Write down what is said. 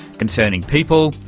concerning people,